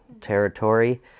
territory